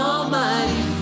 Almighty